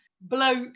bloke